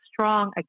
strong